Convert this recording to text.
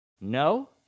No